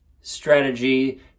strategy